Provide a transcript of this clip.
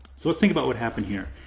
so let's think about what happened here.